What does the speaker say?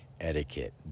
etiquette